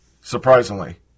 surprisingly